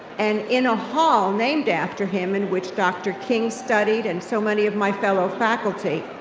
and in a hall named after him, in which dr. king studied, and so many of my fellow faculty,